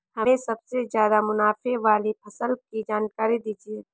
हमें सबसे ज़्यादा मुनाफे वाली फसल की जानकारी दीजिए